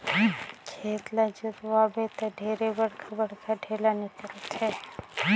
खेत ल जोतवाबे त ढेरे बड़खा बड़खा ढ़ेला निकलथे